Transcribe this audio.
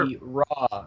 Raw